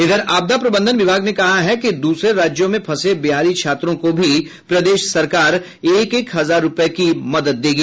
इधर आपदा प्रबंधन विभाग ने कहा है कि दूसरे राज्यों में फंसे बिहारी छात्रों को भी प्रदेश सरकार एक एक हजार रूपये की मदद देगी